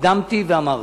הקדמתי ואמרתי,